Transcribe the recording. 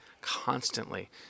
constantly